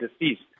deceased